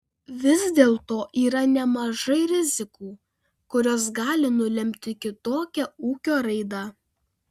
vis dėlto yra nemažai rizikų kurios gali nulemti kitokią ūkio raidą